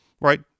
right